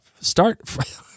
start